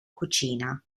cucina